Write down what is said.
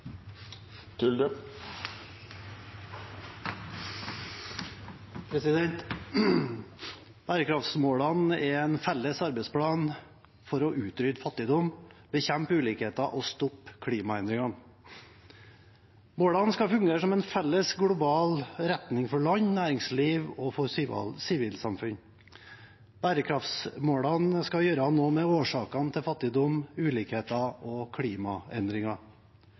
Bærekraftsmålene er en felles arbeidsplan for å utrydde fattigdom, bekjempe ulikhet og stoppe klimaendringene. Målene skal fungere som en felles global retning for land, næringsliv og sivilsamfunn. Bærekraftsmålene skal gjøre noe med årsakene til fattigdom, ulikhet og klimaendringer.